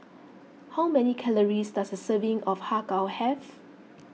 how many calories does a serving of Har Kow have